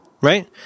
right